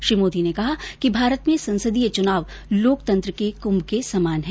श्री मोदी ने कहा कि भारत में ससंदीय चुनाव लोकतंत्र के कुम्भ के समान है